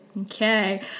Okay